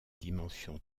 dimension